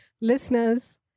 Listeners